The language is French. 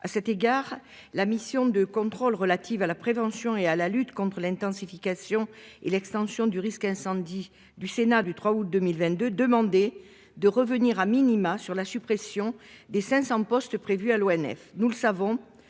à cet égard la mission de contrôle relative à la prévention et à la lutte contre l'intensification et l'extension du risque incendie du Sénat du 3 août 2022. Demander de revenir à minima sur la suppression des 500 postes prévus à l'ONF, nous le savons